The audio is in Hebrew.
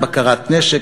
בקרת נשק,